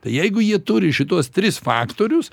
tai jeigu jie turi šituos tris faktorius